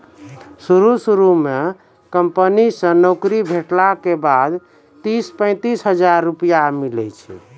शुरू शुरू म कंपनी से नौकरी भेटला के बाद तीस पैंतीस हजार रुपिया मिलै छै